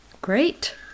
Great